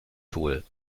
tool